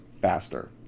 faster